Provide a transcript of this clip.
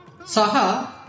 Saha